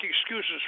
excuses